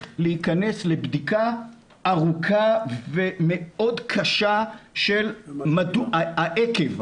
להיכנס לבדיקה ארוכה ומאוד קשה של עקב,